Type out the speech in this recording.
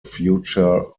future